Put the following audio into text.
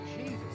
Jesus